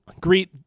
greet